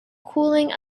cooling